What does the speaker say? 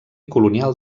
colonial